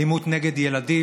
אלימות נגד ילדים,